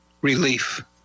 relief